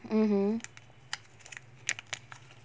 mmhmm